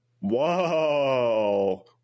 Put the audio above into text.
Whoa